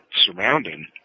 surrounding